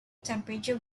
temperature